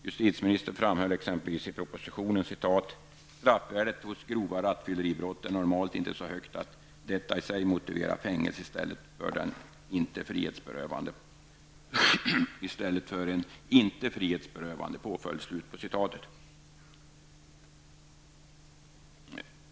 Justitieministern framhöll exempelvis i propositionen: ''Straffvärdet hos grova rattfylleribrott är normalt inte så högt att detta i sig motiverar fängelse i stället för en inte frihetsberövande påföljd''.